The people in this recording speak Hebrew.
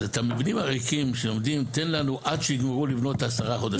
אז את המבנים הריקים שעומדים תן לנו עד שייגמרו לבנות את ה-10 חודשים,